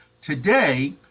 Today